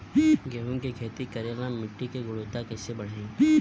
गेहूं के खेती करेला मिट्टी के गुणवत्ता कैसे बढ़ाई?